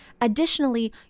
Additionally